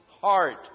heart